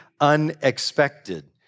unexpected